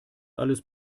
alles